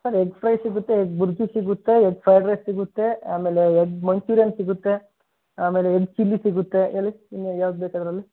sir egg fry ಸಿಗುತ್ತೆ egg bhurji ಸಿಗುತ್ತೆ egg fried rice ಸಿಗುತ್ತೆ ಆಮೇಲೆ ಎಗ್ ಮಂಚೂರಿಯನ್ ಸಿಗುತ್ತೆ ಆಮೇಲೆ ಎಗ್ ಚಿಲ್ಲಿ ಸಿಗುತ್ತೆ ಹೇಳಿ ಇನ್ನು ಯಾವ್ದು ಬೇಕು ಅದರಲ್ಲಿ